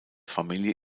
familie